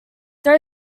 there